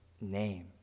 name